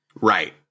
Right